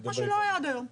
מה שלא היה עד היום.